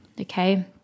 Okay